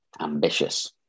Ambitious